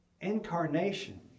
Incarnation